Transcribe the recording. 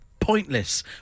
pointless